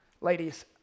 Ladies